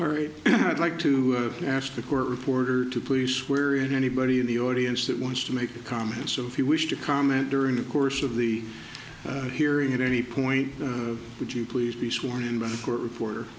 would like to ask the court reporter to police where it anybody in the audience that wants to make a comment so if you wish to comment during the course of the hearing at any point would you please be sworn in by the court reporter